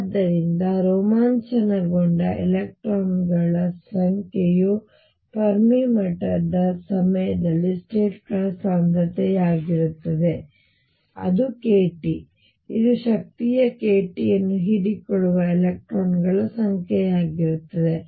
ಆದ್ದರಿಂದ ರೋಮಾಂಚನಗೊಂಡ ಎಲೆಕ್ಟ್ರಾನ್ಗಳ ಸಂಖ್ಯೆಯು ಫೆರ್ಮಿ ಮಟ್ಟದ ಸಮಯದಲ್ಲಿ ಸ್ಟೇಟ್ ಗಳ ಸಾಂದ್ರತೆಯಾಗಿರುತ್ತದೆ kT ಇದು ಶಕ್ತಿಯ kT ಯನ್ನು ಹೀರಿಕೊಳ್ಳುವ ಎಲೆಕ್ಟ್ರಾನ್ ಗಳ ಸಂಖ್ಯೆಯಾಗಿರುತ್ತದೆ